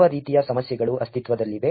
ಯಾವ ರೀತಿಯ ಸಮಸ್ಯೆಗಳು ಅಸ್ತಿತ್ವದಲ್ಲಿವೆ